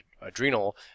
adrenal